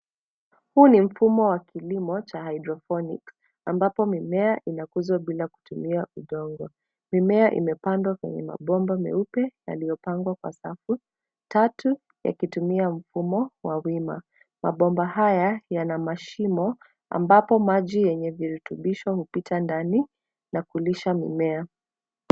Huu ni mfumo wa kilimo cha hydroponics ambapo mimea ina kuzwa bila kutumia udongo. Mimea imepandwa kwenye mabomba meupe yaliopangwa kwa safu tatu yakitumia mfumo wa wima . Mabomba haya yana mashimo ambapo maji yenye vitrubisho hupita ndani na kulisha mimea.